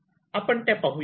आपण त्या पाहूया